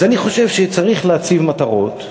אז אני חושב שצריך להציב מטרות.